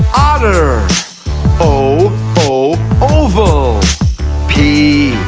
otter o o oval p,